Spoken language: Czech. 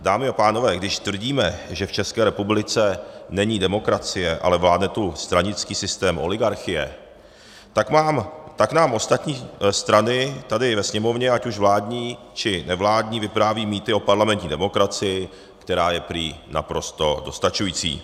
Dámy a pánové, když tvrdíme, že v České republice není demokracie, ale vládne tu stranický systém oligarchie, tak nám ostatní strany tady ve Sněmovně, ať už vládní, či nevládní, vyprávějí mýty o parlamentní demokracii, která je prý naprosto dostačující.